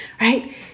right